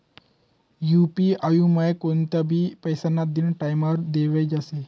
UP आयमुये कोणतंबी पैसास्नं देनं टाईमवर देवाई जास